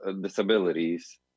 disabilities